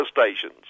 stations